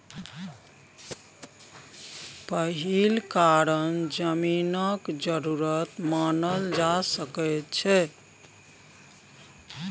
पहिल कारण जमीनक जरूरत मानल जा सकइ छै